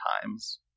times